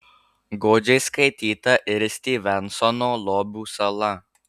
godžiai skaityta ir styvensono lobių sala